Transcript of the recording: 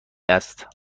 است